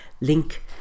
link